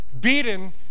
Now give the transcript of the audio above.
beaten